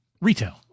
retail